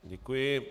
Děkuji.